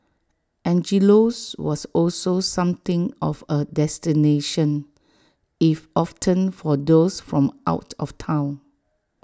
Angelo's was also something of A destination if often for those from out of Town